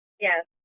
Yes